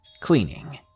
Cleaning